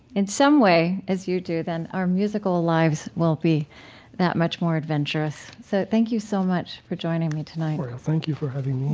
in some way, as you do, then our musical lives will be that much more adventurous so, thank you so much for joining me tonight well, thank you having me